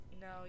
No